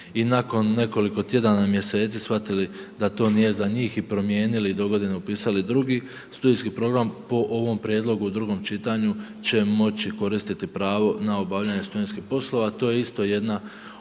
i nakon nekoliko tjedana, mjeseci shvatili da to nije za njih i promijenili i dogodine upisali drugi studijski program po ovom prijedlogu u drugom čitanju će moći koristiti pravo na obavljanje studentskih poslova. To je isto jedna od